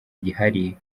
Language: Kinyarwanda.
gihari